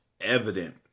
evident